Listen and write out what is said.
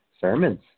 sermons